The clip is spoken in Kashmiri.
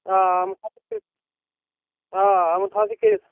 آ آ یِمن تھاو ژٕ کٔرِتھ آ آ یِمن تھاو ژٕ کٔرِتھ